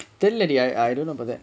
தெர்ல:terla dey I I don't know about it